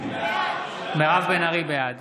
בעד